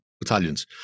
battalions